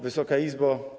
Wysoka Izbo!